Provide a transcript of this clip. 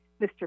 Mr